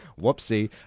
Whoopsie